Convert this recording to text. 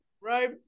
right